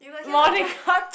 morning culture